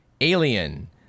Alien